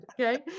okay